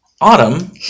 Autumn